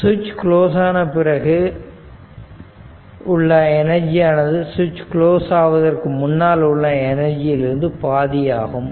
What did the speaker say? switch close ஆன பிறகு உள்ள எனர்ஜியானது சுவிட்ச் குளோஸ் ஆவதற்கு முன்னால் உள்ள எனர்ஜி இலிருந்து பாதி ஆகும்